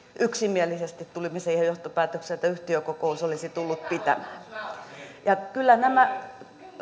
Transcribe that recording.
yksimielisesti tulimme siihen johtopäätökseen että yhtiökokous olisi tullut pitää kyllä nämä